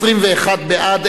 21 בעד,